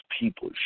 people